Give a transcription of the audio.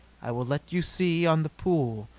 i will let you see, on the pool,